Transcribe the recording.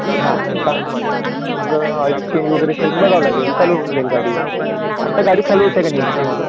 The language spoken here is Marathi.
हां का ऑइल चेंज वगैरे करून बघावं लागेल चालू होऊन जाईल गाडी आता गाडी चालू होत्या का नाही मग